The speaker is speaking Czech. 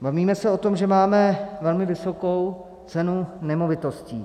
Bavíme se o tom, že máme velmi vysokou cenu nemovitostí.